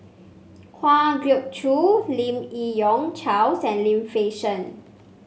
Kwa Geok Choo Lim Yi Yong Charles and Lim Fei Shen